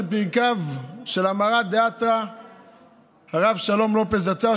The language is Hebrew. על ברכיו של המרא דאתרא הרב שלום לופס זצ"ל,